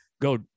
go